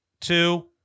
two